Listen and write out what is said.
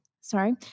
sorry